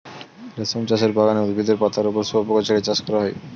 রেশম চাষের বাগানে উদ্ভিদের পাতার ওপর শুয়োপোকা ছেড়ে চাষ করা হয়